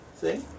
see